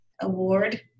award